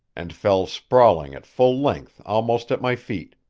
and fell sprawling at full length almost at my feet.